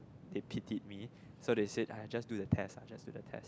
they pitied me so they said aiyah just do the test lah just do the test